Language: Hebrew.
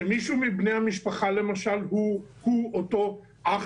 שמישהו מבני המשפחה למשל הוא אותו אח